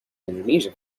indonesia